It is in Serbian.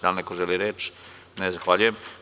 Da li neko želi reč? (Ne) Zahvaljujem.